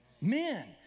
Men